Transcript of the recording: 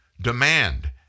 Demand